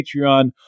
Patreon